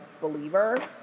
Believer